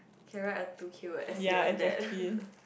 can write a two K word essay on that